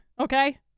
Okay